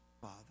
Father